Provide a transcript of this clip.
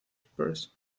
spurs